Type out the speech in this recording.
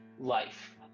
life